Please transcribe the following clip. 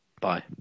Bye